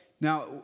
Now